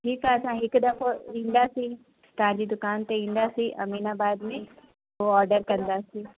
ठीकु आहे त हिकु दफ़ो ईंदासीं तव्हांजी दुकान ते ईंदासीं अमीनाबाद में पोइ ऑर्डर कंदासीं